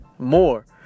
More